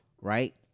right